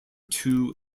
two